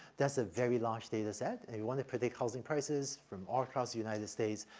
that's a very large dataset. and you wanna predict housing prices, from all across the united states,